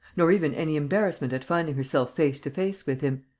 nor even any embarrassment at finding herself face to face with him.